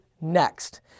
next